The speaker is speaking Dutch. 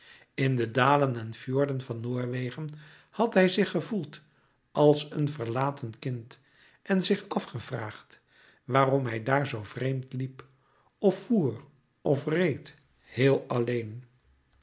in de dalen en fjorden van noorwegen had hij zich gevoeld als een verlaten kind en zich afgevraagd waarom hij daar zoo vreemd liep of voer of reed heel alleen